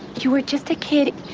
you were just a kid.